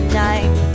night